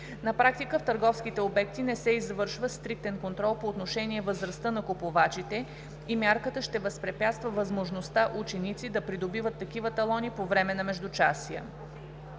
На практика в търговските обекти не се извършва стриктен контрол по отношение възрастта на купувачите и мярката ще възпрепятства възможността ученици да придобиват такива талони по време на междучасия.